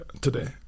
today